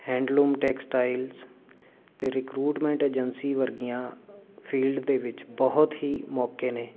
handloom textiles recruitment agency ਵਰਗੀਆਂ field ਦੇ ਵਿੱਚ ਬਹੁਤ ਹੀ ਮੌਕੇ ਨੇ